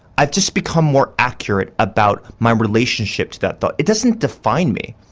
i've just become more accurate about my relationship to that thought, it doesn't define me.